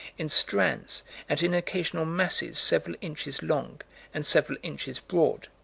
in strands and in occasional masses several inches long and several inches broad.